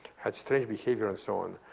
had strange behavior, and so on.